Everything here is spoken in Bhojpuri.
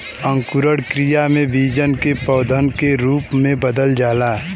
अंकुरण क्रिया में बीजन के पौधन के रूप में बदल जाला